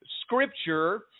scripture